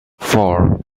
four